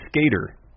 Skater